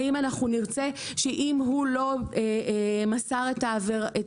האם אנחנו נרצה שאם הוא לא מסר את הדוח